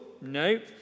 no